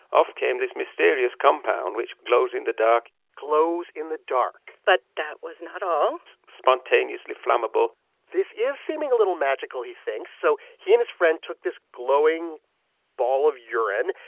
off came this mysterious compound which glows in the dark glows in the dark but that was not all spontaneously flammable this is seeming a little magical, he thinks. so he and his friend took this glowing ball of urine,